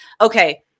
okay